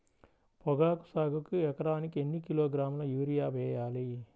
పొగాకు సాగుకు ఎకరానికి ఎన్ని కిలోగ్రాముల యూరియా వేయాలి?